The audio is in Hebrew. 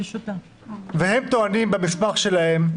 הם טוענים במסמך שלהם: